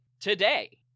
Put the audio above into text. today